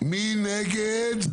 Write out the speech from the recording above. מי נגד?